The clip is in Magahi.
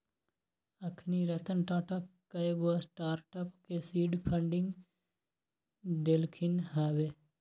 अखनी रतन टाटा कयगो स्टार्टअप के सीड फंडिंग देलखिन्ह हबे